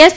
S